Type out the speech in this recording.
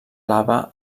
lava